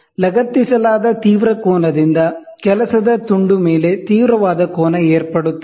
ಲಗತ್ತಿಸಲಾದ ತೀವ್ರ ಕೋನದಿಂದ ಕೆಲಸದ ತುಂಡು ಮೇಲೆ ತೀವ್ರವಾದ ಕೋನ ಏರ್ಪಡುತ್ತದೆ